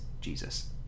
Jesus